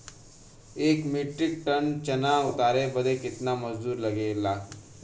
एक metric ton चना उतारे बदे कितना मजदूरी लगे ला?